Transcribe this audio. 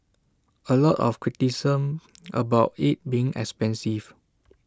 A lot of criticism about IT being expensive